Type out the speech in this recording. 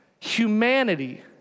humanity